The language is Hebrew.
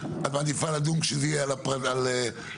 אתם תהיו חייבים לשקול שיקולים סביבתיים באופן הפעלת המערכת.